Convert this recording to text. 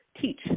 teach